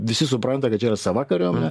visi supranta kad čia yra sava kariuomenė